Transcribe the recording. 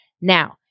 Now